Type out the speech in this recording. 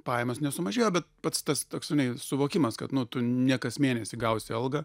pajamos nesumažėjo bet pats tas toks žinai suvokimas kad nu tu ne kas mėnesį gausi algą